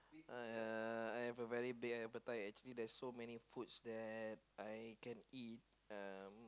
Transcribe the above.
uh I have a very big appetite actually there's so many foods that I can eat uh